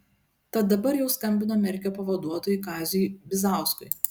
tad dabar jau skambino merkio pavaduotojui kaziui bizauskui